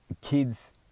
kids